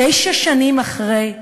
תשע שנים אחרי,